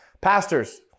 Pastors